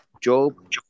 Job